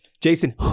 Jason